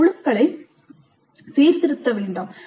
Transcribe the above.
குழுக்களை சீர்திருத்த வேண்டாம்